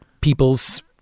people's